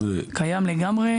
קיים לגמרי.